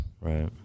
Right